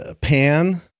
pan